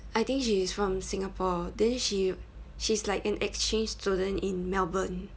I think she's from singapore then she she's like an exchange student in melbourne